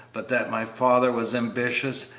but that my father was ambitious,